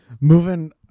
moving